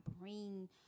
bring